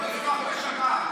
גם של הבנות שליוו אותה,